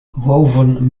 woven